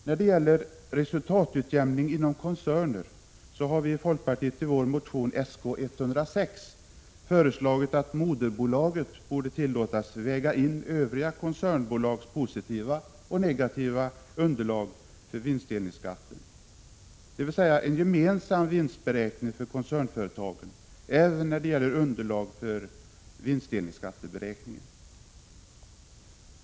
När det gäller resultatutjämning inom koncerner har vi i folkpartiet i vår motion 1986/87:Sk106 föreslagit att moderbolaget borde tillåtas väga in övriga koncernbolags positiva och negativa underlag för vinstdelningsskatten, så att det blir en gemensam vinstberäkning för koncernföretagen även när det gäller underlag för vinstdelningsskatteberäkningen.